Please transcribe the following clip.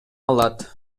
алат